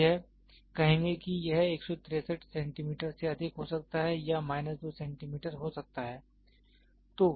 तो यह कहेंगे कि यह 163 सेंटीमीटर से अधिक हो सकता है या माइनस 2 सेंटीमीटर हो सकता है